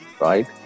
right